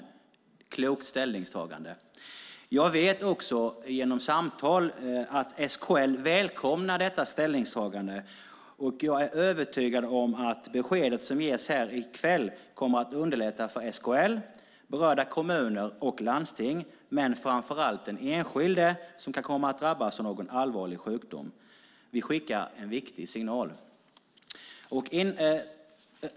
Det är ett klokt ställningstagande. Jag vet också att genom samtal att SKL välkomnar detta ställningstagande, och jag är övertygad om att beskedet som ges här i kväll kommer att underlätta för SKL, berörda kommuner och landsting men framför allt för den enskilde som kan komma att drabbas av någon allvarlig sjukdom. Vi skickar en viktig signal.